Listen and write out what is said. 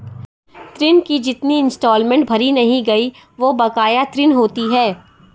ऋण की जितनी इंस्टॉलमेंट भरी नहीं गयी वो बकाया ऋण होती है